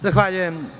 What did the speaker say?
Zahvaljujem.